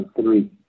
three